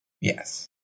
Yes